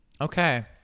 Okay